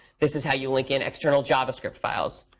this is how you link in external javascript files.